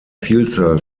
vielzahl